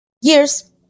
years